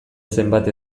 zenbat